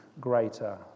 greater